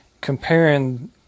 comparing